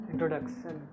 Introduction